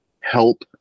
help